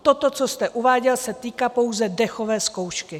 Toto, co jste uváděl, se týká pouze dechové zkoušky.